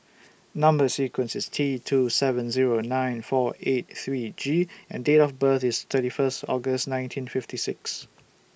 Number sequence IS T two seven Zero nine four eight three G and Date of birth IS thirty First August nineteen fifty six